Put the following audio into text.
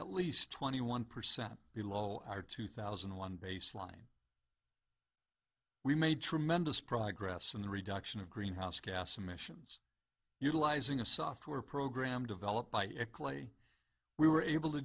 at least twenty one percent below our two thousand and one baseline we made tremendous progress in the reduction of greenhouse gas emissions utilizing a software program developed by a clay we were able to